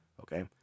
okay